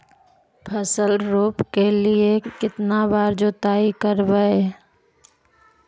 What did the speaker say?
फसल रोप के लिय कितना बार जोतई करबय?